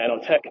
nanotech